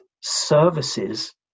services